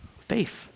faith